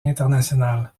internationale